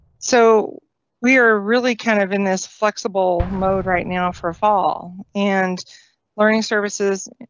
so we're really kind of in this flexible mode right now for fall and learning services,